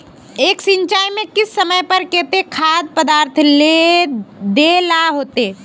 एक सिंचाई में किस समय पर केते खाद पदार्थ दे ला होते?